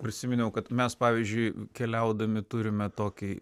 prisiminiau kad mes pavyzdžiui keliaudami turime tokį